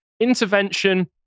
Intervention